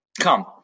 Come